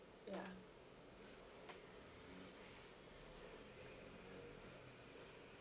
ya